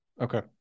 Okay